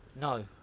No